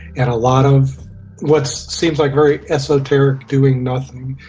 and a lot of what seems like very esoteric doing nothing,